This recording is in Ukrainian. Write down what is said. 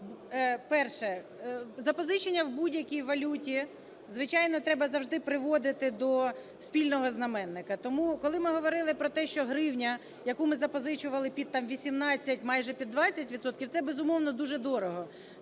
Перше. Запозичення в будь-якій валюті, звичайно, треба завжди приводити до спільного знаменника. Тому, коли ми говорили про те, що гривня, яку ми запозичували під там 18, майже під 20 відсотків, – це, безумовно, дуже дорого.